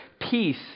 Peace